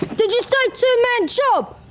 did you say two-man job?